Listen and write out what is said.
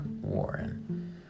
Warren